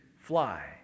fly